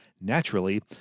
naturally